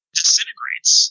disintegrates